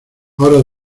ahora